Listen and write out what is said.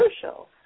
crucial